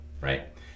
right